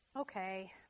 Okay